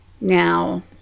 Now